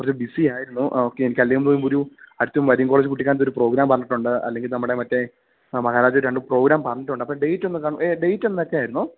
കൊറച്ച് ബിസിയായിരുന്നു ആ ഓക്കേ അല്ലെങ്കി ഒരു കോളേജ് കുട്ടിക്കാനത്ത് ഒരു പ്രോഗ്രാം പറഞ്ഞിട്ടുണ്ട് അല്ലെങ്കി നമ്മടെ മറ്റേ മഹാരാജേ രണ്ട് പ്രോഗ്രാം പറഞ്ഞിട്ടുണ്ട് അപ്പൊ ഡേറ്റെന്ന് കൺ ഡേറ്റെന്നെക്കായിരുന്നു